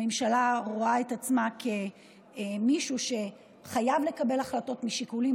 הממשלה רואה את עצמה כמישהו שחייב לקבל החלטות משיקולים